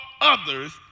others